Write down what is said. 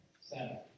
center